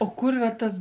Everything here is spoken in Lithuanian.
o kur yra tas